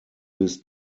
bis